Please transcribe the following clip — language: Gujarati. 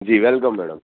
G welcome madam